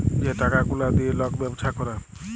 যে টাকা গুলা দিঁয়ে লক ব্যবছা ক্যরে